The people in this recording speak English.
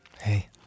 Hey